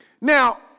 Now